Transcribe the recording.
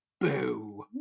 boo